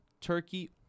Turkey